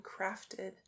crafted